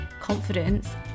confidence